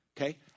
okay